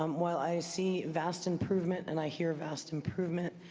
um while i see vast improvement and i hear vast improvement,